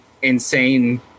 insane